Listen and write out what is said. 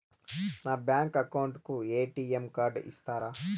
నా bank account కు ATM card ఇస్తారా